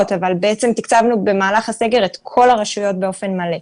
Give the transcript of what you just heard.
אבל בעצם תקצבנו במהלך הסגר את כל הרשויות באופן מלא.